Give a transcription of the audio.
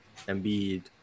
Embiid